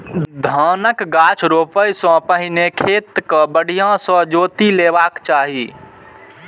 धानक गाछ रोपै सं पहिने खेत कें बढ़िया सं जोति लेबाक चाही